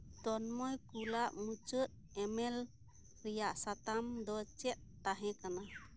ᱛᱚᱱᱢᱚᱭ ᱠᱩᱞᱟᱜ ᱢᱩᱪᱟᱹᱫ ᱤᱼᱢᱮᱞ ᱨᱮᱭᱟᱜ ᱥᱟᱛᱟᱢ ᱫᱚ ᱪᱮᱫ ᱛᱟᱦᱮᱸ ᱠᱟᱱᱟ